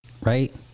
right